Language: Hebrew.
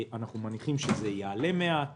אנחנו מניחים שזה יעלה מעט